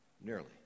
nearly